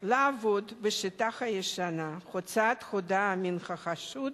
לעבוד בשיטה הישנה, הוצאת הודאה מן החשוד,